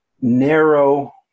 Narrow